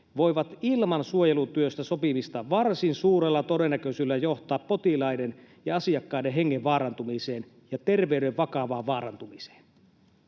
voivat ilman suojelutyöstä sopimista varsin suurella todennäköisyydellä johtaa potilaiden ja asiakkaiden hengen vaarantumiseen ja terveyden vakavaan vaarantumiseen.”